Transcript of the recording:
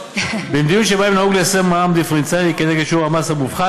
במדינות שבהן נהוג ליישם מע"מ דיפרנציאלי כנגד שיעור המס המופחת